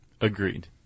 Agreed